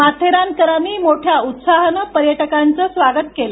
माथेरानकरांनी मोठ्या उत्साहानं पर्यटकांचं स्वागत केलं